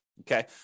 Okay